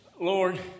Lord